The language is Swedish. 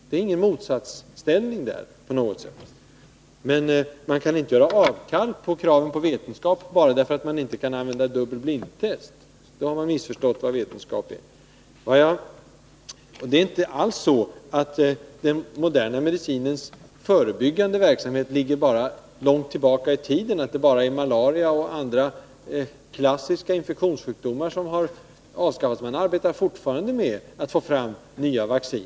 Det är ingen motsatsställning där. Det är inte alls så att den moderna medicinens förebyggande verksamhet ligger långt tillbaka i tiden och att det bara är malaria och andra klassiska infektionssjukdomar som den har avskaffat. Man arbetar fortfarande med att få fram nya vacciner.